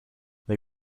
they